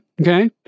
Okay